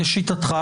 לשיטתך.